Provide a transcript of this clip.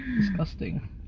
Disgusting